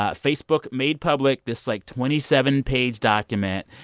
ah facebook made public this, like, twenty seven page document,